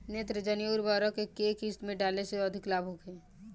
नेत्रजनीय उर्वरक के केय किस्त में डाले से अधिक लाभ होखे?